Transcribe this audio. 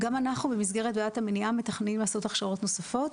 גם אנחנו במסגרת וועדת המניעה מתככנים לעשות הכשרות נוספות.